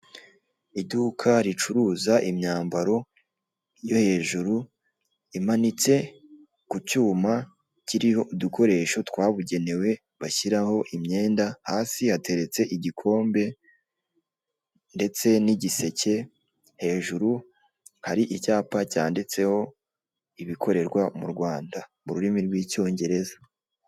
Iduka ricuruza imyambaro yo hejuru imanitse ku cyuma kiriho udukoresho twabugenewe bashyiraho imyenda hafi hateretse igikombe ndetse n'igiseke, hejuru hari icyapa cyanditseho ibikorerwa mu Rwanda mu rurimi rw'icyongereza.